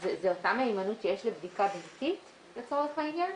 זה אותה מהימנות שיש לבדיקה ביתית לצורך העניין?